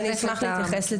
אשמח להתייחס.